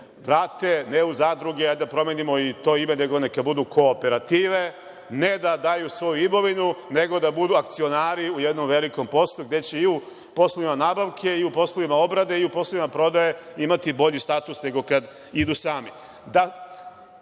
ne u zadruge, hajde da promenimo i to ime, neka budu kooperative, ne da daju svoju imovinu, nego da budu akcionari u jednom velikom poslu, gde će i u poslovima nabavke i u poslovima obrade i u poslovima prodaje imati bolji status nego kada idu sami.